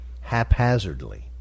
haphazardly